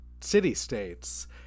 city-states